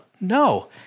no